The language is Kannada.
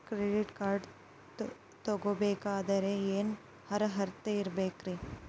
ಕ್ರೆಡಿಟ್ ಕಾರ್ಡ್ ತೊಗೋ ಬೇಕಾದರೆ ಏನು ಅರ್ಹತೆ ಇರಬೇಕ್ರಿ?